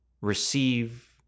receive